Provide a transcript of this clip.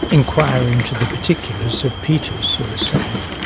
enquire into the particulars of peter's suicide.